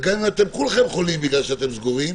וגם אם כולכם חולים בגלל שאתם סגורים,